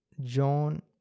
John